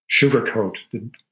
sugarcoat